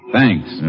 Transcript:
Thanks